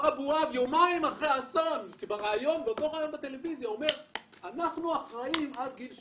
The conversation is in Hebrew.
אמר יומיים אחרי האסון באותו ריאיון בטלוויזיה שהם אחראים עד גיל 18,